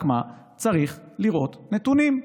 רק מה, צריך לראות נתונים.